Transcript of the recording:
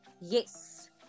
Yes